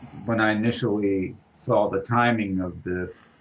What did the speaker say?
when i initially saw the timing of this,